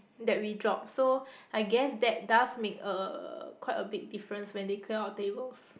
that we dropped so I guess that does make a quite a big difference when they clear our tables